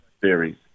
series